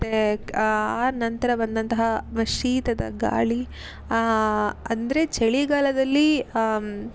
ಮತ್ತೆ ಆ ನಂತರ ಬಂದಂತಹ ಶೀತದ ಗಾಳಿ ಅಂದರೆ ಚಳಿಗಾಲದಲ್ಲಿ